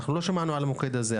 אנחנו לא שמענו על המוקד הזה.